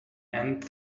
and